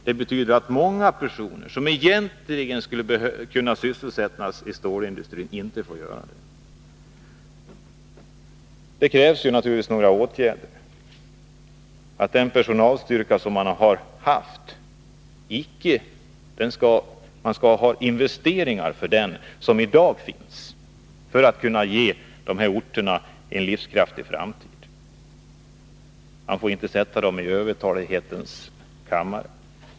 Detta betyder att många personer, som egentligen skulle kunna sysselsättasi stålindustrin, inte får något arbete där. Det krävs naturligtvis åtgärder — att det görs investeringar för den personalstyrka som finns i dag — för att dessa orter skall bli livskraftiga i framtiden. Man får inte sätta dem i övertalighetens kammare.